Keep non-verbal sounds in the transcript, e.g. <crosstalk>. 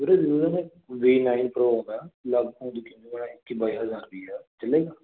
<unintelligible>